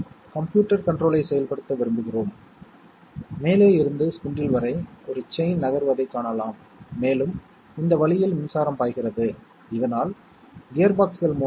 இது S ஐ அனுப்புகிறது இது குளிரூட்டியைப் பயன்படுத்தும்போது 1 ஆகவும் குளிரூட்டியைப் பயன்படுத்தாதபோது 0 ஆகவும் இருக்க வேண்டும் எனவே சர்க்யூட் எப்படி இருக்க வேண்டும் என்பதைப் பார்ப்போம்